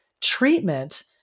Treatment